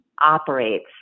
operates